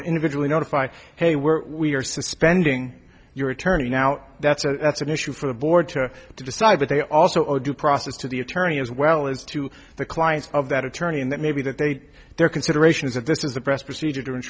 individually notify hey we're we are suspending your attorney now that's a that's an issue for the board to decide but they also a due process to the attorney as well as to the clients of that attorney and that may be that they get their consideration is that this is the best procedure